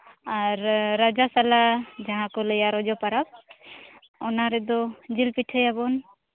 ᱟᱨ ᱨᱟᱡᱟᱥᱟᱞᱟ ᱡᱟᱦᱟᱸ ᱠᱚ ᱞᱟᱹᱭᱟ ᱨᱚᱡᱚ ᱯᱚᱨᱚᱵᱽ ᱚᱱᱟ ᱨᱮᱫᱚ ᱡᱤᱞ ᱯᱤᱴᱷᱟᱹᱭᱟᱵᱚᱱ